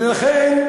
לכן,